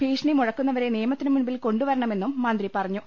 ഭീഷണി മുഴക്കുന്നവരെ നിയമ ത്തിനു മുന്നിൽ കൊണ്ടു വരണമെന്നും മന്ത്രി പറഞ്ഞു